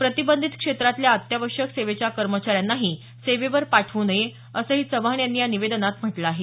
प्रतिबंधित क्षेत्रातल्या अत्यावश्यक सेवेच्या कर्मचाऱ्यांनाही सेवेवर पाठव् नये असंही चव्हाण यांनी या निवेदनात म्हटलं आहे